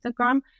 Instagram